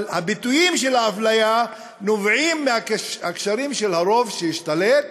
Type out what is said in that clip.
אבל הביטויים של האפליה נובעים מהקשרים של הרוב שהשתלט